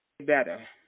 better